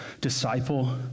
disciple